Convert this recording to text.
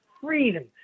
freedom